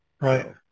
Right